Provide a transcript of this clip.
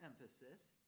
emphasis